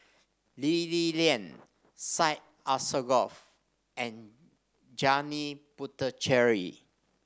Lee Li Lian Syed Alsagoff and Janil Puthucheary